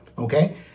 Okay